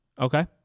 Okay